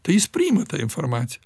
tai jis priima tą informaciją